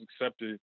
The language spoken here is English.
accepted